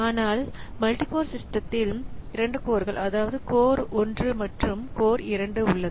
ஆனால் multi core சிஸ்டத்தில் 2 கோர்கள் அதாவது கோர் 1 மற்றும் கோர் 2 உள்ளன